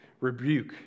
Rebuke